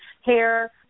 Hair